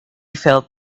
felt